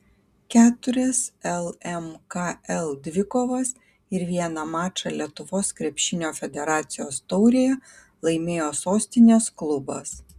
keturias lmkl dvikovas ir vieną mačą lietuvos krepšinio federacijos taurėje laimėjo sostinės klubas